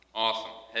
Awesome